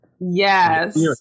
Yes